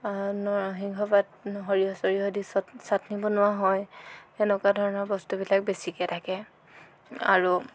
নৰসিংহ পাত সৰিয়হ চৰিয়হ দি ছাটনি বনোৱা হয় সেনেকুৱা ধৰণৰ বস্তুবিলাক বেছিকৈ থাকে আৰু